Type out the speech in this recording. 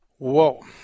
Whoa